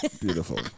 Beautiful